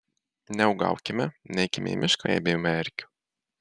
neuogaukime neikime į mišką jei bijome erkių